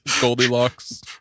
Goldilocks